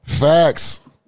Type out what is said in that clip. Facts